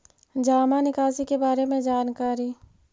जामा निकासी के बारे में जानकारी?